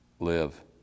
Live